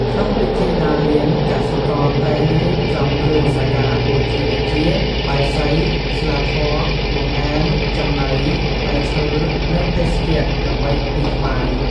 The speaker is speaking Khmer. ក្នុងពិធីដារលាន កសិករតែងរៀបចំ គ្រឿងសក្ការៈបូជា ដូចជា បាយសី ស្លាធម៌ បង្អែម ចំណី ផ្លែឈើ និងភេសជ្ជៈ ដើម្បីឧទ្ទិសថ្វាយ។